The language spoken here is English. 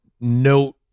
Note